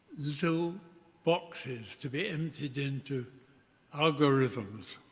so boxes to be emptied into algorithms.